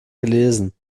gelesen